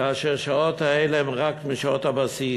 כאשר השעות האלה הן רק משעות הבסיס,